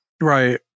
right